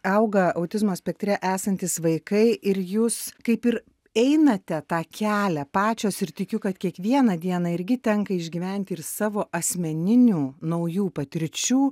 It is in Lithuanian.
auga autizmo spektre esantys vaikai ir jūs kaip ir einate tą kelią pačios ir tikiu kad kiekvieną dieną irgi tenka išgyventi ir savo asmeninių naujų patirčių